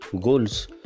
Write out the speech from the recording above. Goals